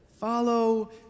Follow